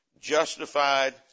justified